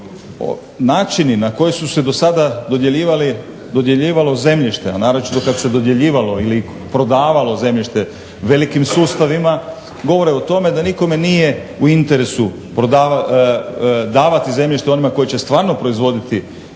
Načini na koje su se do sada dodjeljivalo zemljište, a naročito kad se dodjeljivalo ili prodavalo zemljište velikim sustavima, govore o tome da nikome nije u interesu davati zemljište onima koji će stvarno proizvoditi i